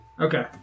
Okay